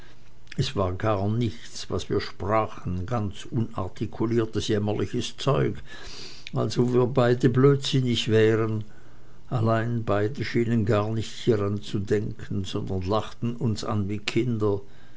es war gar nichts was wir sprachen ganz unartikuliertes jämmerliches zeug als ob wir beide blödsinnig wären allein beide schienen gar nicht hieran zu denken sondern lachten uns an wie kinder